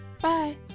Bye